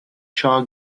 cha